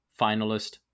finalist